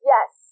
Yes